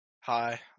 hi